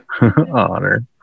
Honor